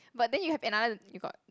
but then you have another you got